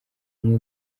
umwe